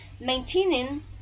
maintaining